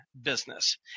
business